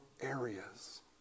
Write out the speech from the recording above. areas